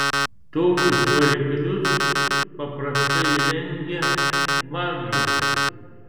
tokius variklius paprastai įrengia bagiuose